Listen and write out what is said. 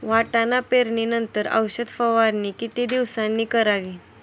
वाटाणा पेरणी नंतर औषध फवारणी किती दिवसांनी करावी?